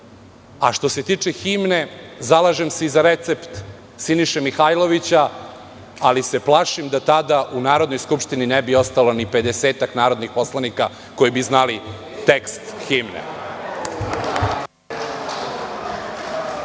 se tiče himne, zalažem se za recept Siniše Mihajlovića, ali se plašim da tada u Narodnoj skupštini ne bi ostalo ni 50-ak narodnih poslanika koji bi znali tekst himne.